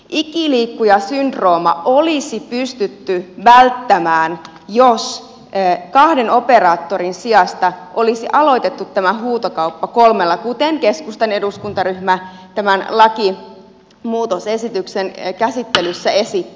ikiliikkujasyndrooma olisi pystytty välttämään jos kahden operaattorin sijasta olisi aloitettu tämä huutokauppa kolmella kuten keskustan eduskuntaryhmä tämän lakimuutosesityksen käsittelyssä esitti